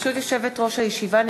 8), התשע"ה